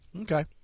Okay